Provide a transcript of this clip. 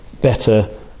better